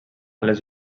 les